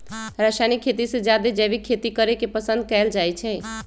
रासायनिक खेती से जादे जैविक खेती करे के पसंद कएल जाई छई